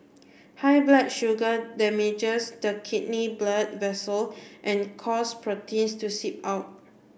high blood sugar damages the kidney blood vessel and cause protein to seep out